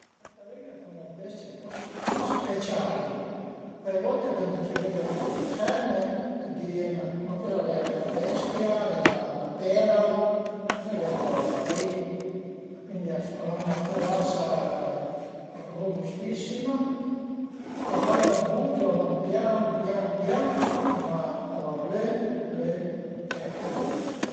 Le tartarüghe a sun d'bestie ën po speciali, cuai volte cuandi t'ie vëde ferme, dirìe ma coza al e, al e n'a bestia, al e na pera, coza al e cula roba li, cuindi al an 'na curasa robustissima e cuand a s'bugiu a van pian pian pian, ma a van lögn, lögn e anche lögn